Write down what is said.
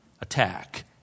attack